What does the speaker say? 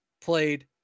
played